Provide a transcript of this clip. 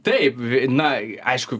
taip na aišku